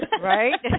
Right